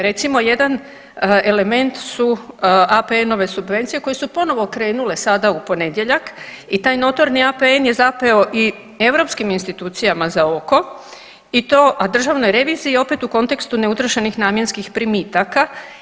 Recimo jedan element su APN-ove subvencije koje su ponovo krenule sada u ponedjeljak i taj notorni APN je zapeo i europskim institucijama za oko, a Državnoj reviziji opet u kontekstu neutrošenih namjenskih primitaka.